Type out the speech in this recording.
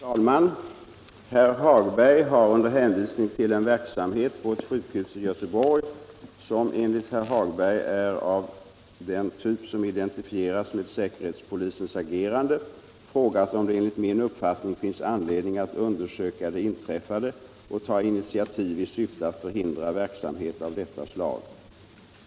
Fru talman! Herr Hagberg i Borlänge har — under hänvisning till en verksamhet på ett sjukhus i Göteborg som enligt herr Hagberg är av ”den typ som identifieras med säkerhetspolisens agerande” — frågat om det enligt min uppfattning finns anledning att undersöka det inträffade och ta initiativ i syfte att förhindra verksamhet av detta slag.